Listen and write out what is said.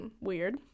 weird